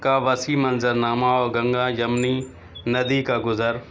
کا وسیع منظر نامہ اور گنگا جمنی ندی کا گزر